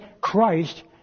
Christ